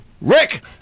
Rick